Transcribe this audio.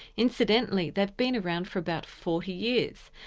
incidentally, they've been around for about forty years,